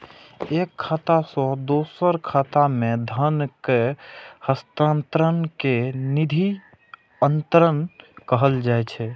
एक खाता सं दोसर खाता मे धन केर हस्तांतरण कें निधि अंतरण कहल जाइ छै